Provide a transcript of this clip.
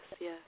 yes